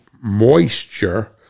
moisture